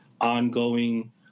ongoing